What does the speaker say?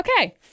Okay